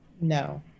No